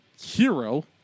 hero